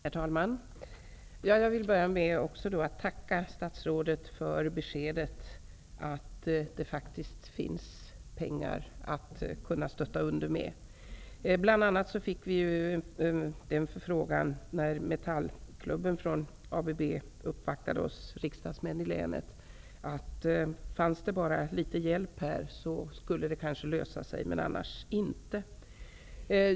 Herr talman! Jag vill börja med att tacka statsrådet för beskedet att det faktiskt finns pengar att stötta tågindustrin med. När metallklubben vid ABB uppvaktade oss riksdagsledamöter i länet menade de att om man fick litet hjälp, skulle problemen kanske lösa sig, men annars inte.